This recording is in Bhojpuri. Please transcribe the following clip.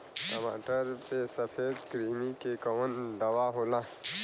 टमाटर पे सफेद क्रीमी के कवन दवा होला?